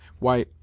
why,